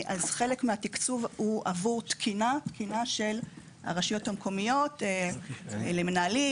חלק מהתקצוב הוא עבור תקינה של הרשויות המקומיות למנהלים,